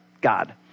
God